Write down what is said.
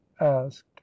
asked